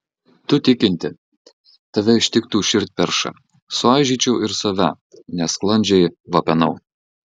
tu tikinti tave ištiktų širdperša suaižyčiau ir save nesklandžiai vapenau